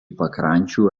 pakrančių